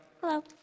Hello